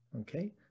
Okay